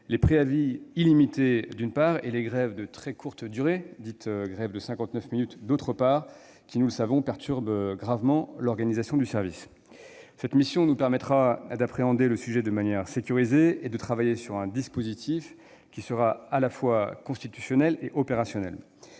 les préavis illimités, d'une part, et, d'autre part, les grèves de très courte durée, dites « grèves de 59 minutes », qui, nous le savons, perturbent gravement l'organisation du service. Ses conclusions nous permettront d'appréhender le sujet de manière sécurisée et de travailler à un dispositif qui devra être à la fois constitutionnel et opérationnel.